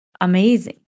amazing